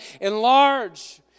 Enlarge